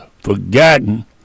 forgotten